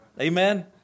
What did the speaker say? Amen